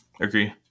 Agree